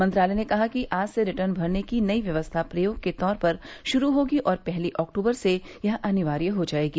मंत्रालय ने कहा है कि आज से रिटर्न भरने की नई व्यवस्था प्रयोग के तौर पर शुरू होगी और पहली अक्टूबर से यह अनिवार्य हो जायेगी